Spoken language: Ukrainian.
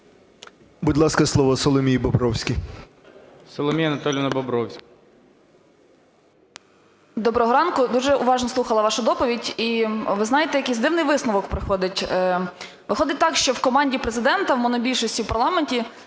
Будь ласка, слово Соломії Бобровській. ГОЛОВУЮЧИЙ. Соломія Анатоліївна Бобровська. 10:37:55 БОБРОВСЬКА С.А. Доброго ранку! Дуже уважно слухала вашу доповідь і ви знаєте, якийсь дивний висновок приходить. Виходить так, що в команді Президента, в монобільшості в парламенті